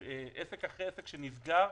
עסק אחרי עסק שנסגר.